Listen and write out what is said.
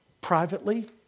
privately